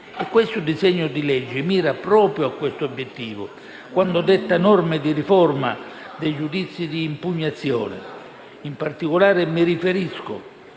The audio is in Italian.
questo disegno di legge mira proprio a questo obiettivo quando detta norme di riforma dei giudizi di impugnazione. In particolare, mi riferisco